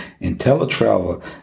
IntelliTravel